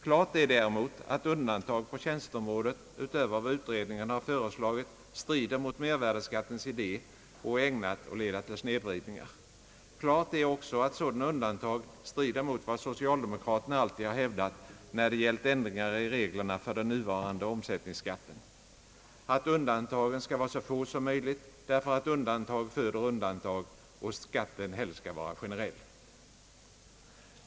Klart är däremot att undantag på tjänsteområdet utöver vad utredningarna har föreslagit strider mot mervärdeskattens idé och är ägnat att leda till snedvridningar. Klart är också att sådana undantag strider mot vad socialdemokraterna alltid har hävdat när det gällt ändringarna i reglerna för vår nuvarande omsättningsskatt: att undantagen skall vara så få som möjligt, därför att undantag föder undantag och skatten helst skall vara generell.